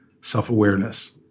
self-awareness